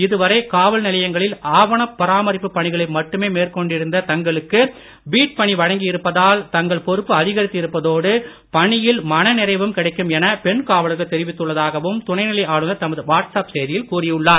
இதுவரை காவல் நிலையங்களில் ஆவணப் பராமரிப்புப் பணிகளை மட்டுமே மேற்கொண்டிருந்த தங்களுக்கு பீட் பணி வழங்கி இருப்பதால் தங்கள் பொறுப்பு அதிகரித்து இருப்பதோடு பணியில் மனநிறைவும் கிடைக்கும் என பெண் காவலர்கள் தெரிவித்துள்ளதாகவும் துணைநிலை ஆளுநர் தமது வாட்ஸ் அப் செய்தியில் கூறியுள்ளார்